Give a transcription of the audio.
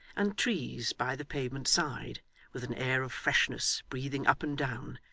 and trees by the pavement side with an air of freshness breathing up and down,